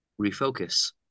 refocus